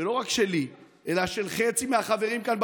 ולא רק שלי אלא של חצי מהחברים כאן,